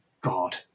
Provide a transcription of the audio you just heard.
God